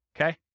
Okay